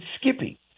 Skippy